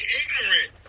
ignorant